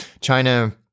China